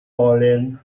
polen